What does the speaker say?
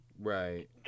Right